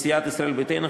מסיעת ישראל ביתנו,